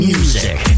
Music